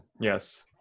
Yes